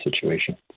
situation